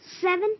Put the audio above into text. seven